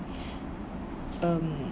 um